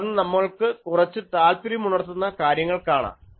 തുടർന്ന് നമ്മൾക്ക് കുറച്ച് താൽപര്യമുണർത്തുന്ന കാര്യങ്ങൾ കാണാം